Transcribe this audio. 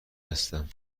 هستم